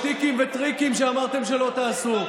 שטיקים וטריקים שאמרתם שלא תעשו.